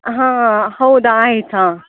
ಹಾಂ ಹೌದ ಆಯ್ತಾ